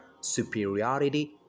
superiority